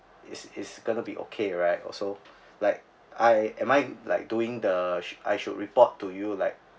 it's it's gonna be okay right also like I am I like doing the should I should report to you like